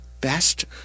best